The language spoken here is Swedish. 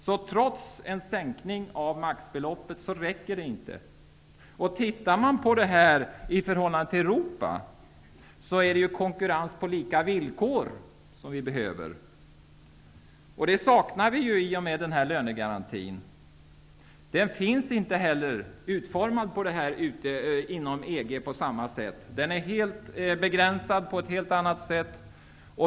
Det räcker inte med den sänkning man gjort av maxbeloppet. Om vi ser på detta i förhållande till Europa är det en konkurrens på lika villkor vi behöver. Det saknar vi i och med lönegarantin. Den finns inte heller utformad på det sättet inom EG. Den är begränsad på ett annat sätt.